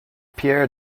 pierre